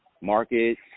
market